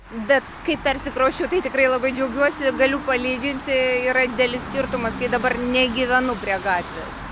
bet kai persikrausčiau tai tikrai labai džiaugiuosi jog galiu palyginti yra didelis skirtumas kai dabar negyvenu prie gatvės